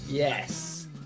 Yes